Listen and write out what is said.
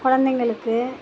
குழந்தைங்களுக்கு